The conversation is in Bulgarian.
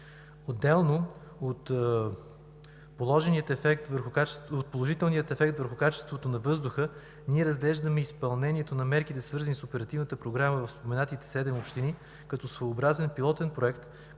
Отделно от положителния ефект върху качеството на въздуха ние разглеждаме изпълнението на мерките, свързани с Оперативната програма в споменатите седем общини като своеобразен пилотен проект,